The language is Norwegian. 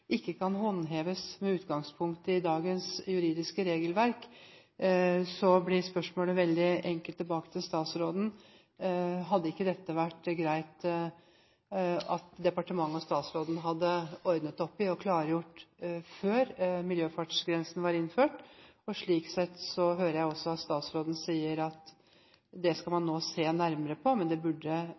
ikke kan håndheves med utgangspunkt i dagens juridiske regelverk, blir spørsmålet veldig enkelt tilbake til statsråden: Hadde det ikke vært greit at departementet og statsråden hadde ordnet opp i og klargjort dette før miljøfartsgrensen var innført? Slik sett hører jeg også at statsråden sier at det skal man nå se nærmere på – men det burde